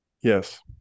yes